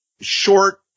short